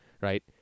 Right